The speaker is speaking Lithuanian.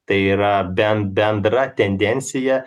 tai yra bent bendra tendencija